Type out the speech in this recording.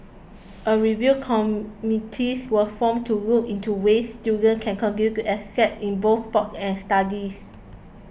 a review committees was formed to look into ways students can continue to excel in both sports and studies